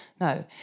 no